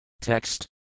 Text